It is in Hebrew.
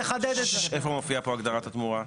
איפה מופיעה פה הגדרת התמורה?